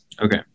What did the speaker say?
Okay